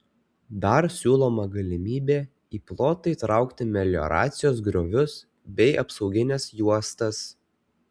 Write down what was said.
dar siūloma galimybė į plotą įtraukti melioracijos griovius bei apsaugines juostas